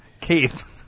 Keith